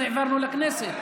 אז העברנו לוועדת הכנסת.